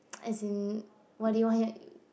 as in what do you want